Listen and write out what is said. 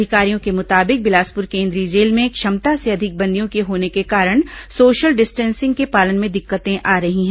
अधिकारियों के मुताबिक बिलासपुर केन्द्रीय जेल में क्षमता से अधिक बंदियों के होने के कारण सोशल डिस्टेसिंग के पालन में दिक्कतें आ रही हैं